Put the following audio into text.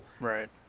right